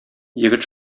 егет